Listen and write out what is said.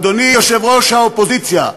אדוני יושב-ראש האופוזיציה,